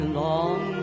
long